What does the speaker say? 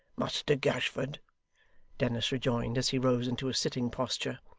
muster gashford dennis rejoined as he rose into a sitting posture.